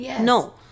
No